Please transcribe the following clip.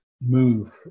move